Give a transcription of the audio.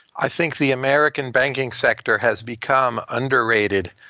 i think the american banking sector has become underrated.